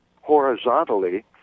horizontally